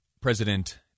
President